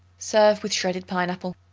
serve with shredded pineapple.